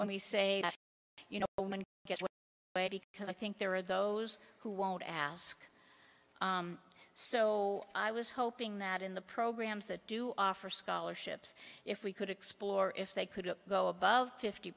when we say that you know because i think there are those who won't ask so i was hoping that in the programs that do offer scholarships if we could explore if they could go above fifty